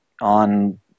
on